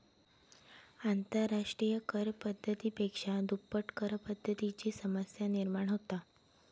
आंतरराष्ट्रिय कर पद्धती पेक्षा दुप्पट करपद्धतीची समस्या निर्माण होता